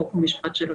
חוק ומשפט של הכנסת.